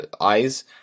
eyes –